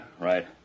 right